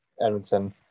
Edmondson